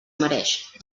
mereix